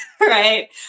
right